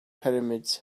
pyramids